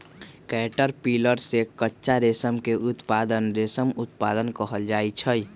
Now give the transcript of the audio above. caterpillar से कच्चा रेशम के उत्पादन के रेशम उत्पादन कहल जाई छई